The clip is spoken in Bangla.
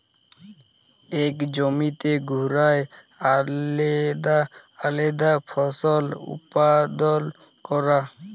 ইক জমিতে ঘুরায় আলেদা আলেদা ফসল উৎপাদল ক্যরা